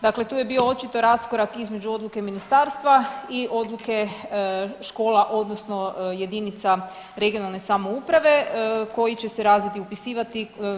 Dakle, tu je bio očito raskorak između odluke ministarstva i odluke škola, odnosno jedinica regionalne samouprave koji će se razredi upisivati.